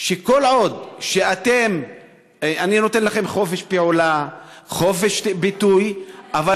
אני נותנת לכם חופש פעולה וחופש ביטוי כל